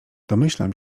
domyślam